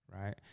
right